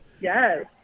Yes